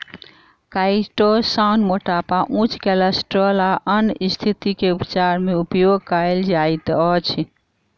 chitosan मोटापा उच्च cholesterol आ अन्य स्तिथि के उपचार मे उपयोग कायल जाइत अछि